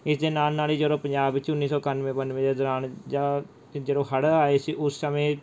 ਇਸਦੇ ਨਾਲ ਨਾਲ ਹੀ ਜਦੋਂ ਪੰਜਾਬ ਵਿੱਚ ਉੱਨੀ ਸੌ ਇਕਾਨਵੇਂ ਬਾਨਵੇਂ ਦੇ ਦੌਰਾਨ ਜਾਂ ਜਦੋਂ ਹੜ੍ਹ ਆਏ ਸੀ ਉਸ ਸਮੇਂ